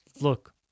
look